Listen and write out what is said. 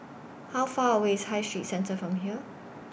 How Far away IS High Street Centre from here